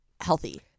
healthy